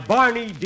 Barney